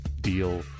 deal